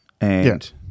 and-